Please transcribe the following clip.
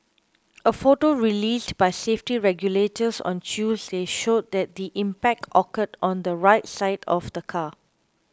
a photo released by safety regulators on Tuesday showed that the impact occurred on the right side of the car